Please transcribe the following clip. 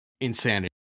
insanity